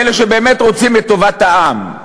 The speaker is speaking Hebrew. מאלה שבאמת רוצים את טובת העם: